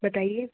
बताइए